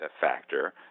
factor